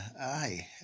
aye